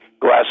glass